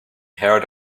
heard